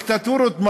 גם בדיקטטורות.